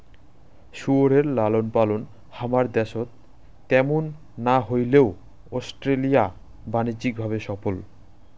শুয়োর লালনপালন হামার দ্যাশত ত্যামুন না হইলেও অস্ট্রেলিয়া বাণিজ্যিক ভাবে সফল